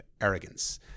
Arrogance